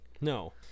no